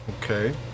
Okay